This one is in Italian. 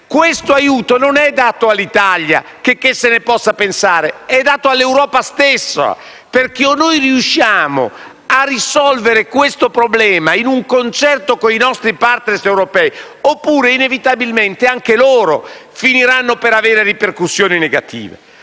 Questo aiuto non è dato all'Italia, checché se ne possa pensare, ma all'Europa stessa; infatti, o noi riusciamo a risolvere questo problema di concerto con i nostri *partner* europei, oppure inevitabilmente anche loro finiranno per avere ripercussioni negative.